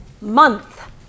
month